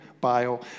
bio